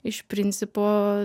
iš principo